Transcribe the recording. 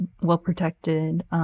well-protected